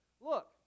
Look